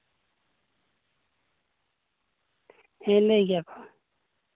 ᱦᱮᱸ ᱞᱟᱹᱭ ᱜᱮᱭᱟ ᱠᱚ